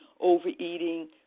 overeating